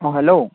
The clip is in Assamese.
অঁ হেল্ল'